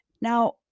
Now